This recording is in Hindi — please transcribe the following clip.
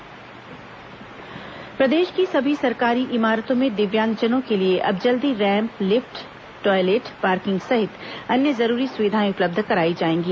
दिव्यांगजन सुविधाएं प्रदेश की सभी सरकारी इमारतों में दिव्यांगजनों के लिए अब जल्द ही रैम्प लिफ्ट टॉयलेट पार्किंग सहित अन्य जरूरी सुविधाएं उपलब्ध कराई जाएंगी